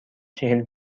چهل